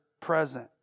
Present